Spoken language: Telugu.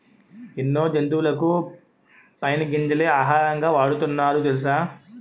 ఎన్నో జంతువులకు పైన్ గింజలే ఆహారంగా వాడుతున్నారు తెలుసా?